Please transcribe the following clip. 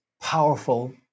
powerful